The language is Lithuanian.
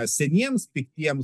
seniems piktiems